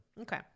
Okay